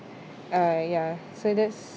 uh ya so that's